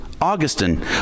Augustine